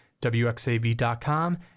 wxav.com